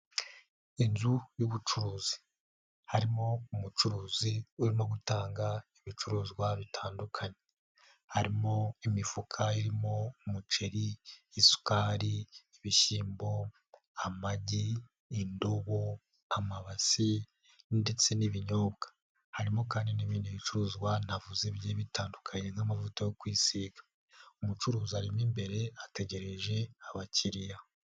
Inzu y'ubucuruzi, harimo umucuruzi urimo gutanga ibicuruzwa bitandukanye. Harimo imifuka irimo umuceri, isukari, ibishyimbo, amagi, indobo, amabasi ndetse n'ibinyobwa harimo, kandi n'ibindi bicuruzwa ntavuze bigiye bitandukanye nk'amavuta yo kwisiga. Umucuruzi arimo imbere ategereje abakiriya.